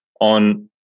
on